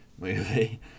movie